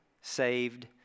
Saved